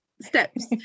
steps